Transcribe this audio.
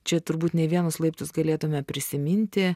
čia turbūt ne vienus laiptus galėtume prisiminti